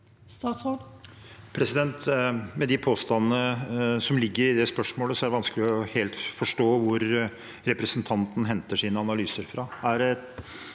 Med de påstand- ene som ligger i spørsmålet, er det vanskelig helt å forstå hvor representanten henter sine analyser fra.